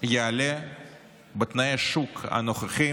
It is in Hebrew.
הוא יעלה את מחירי השכירות בתנאי השוק הנוכחיים,